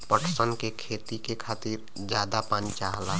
पटसन के खेती के खातिर जादा पानी चाहला